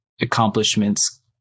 accomplishments